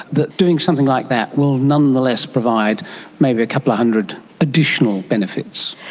that doing something like that will nonetheless provide maybe a couple of hundred additional benefits?